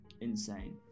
insane